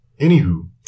anywho